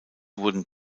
wurden